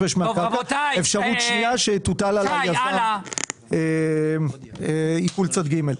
אפשרות שנייה, שיוטל על היזם עיקול צד ג'.